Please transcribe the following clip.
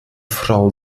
frau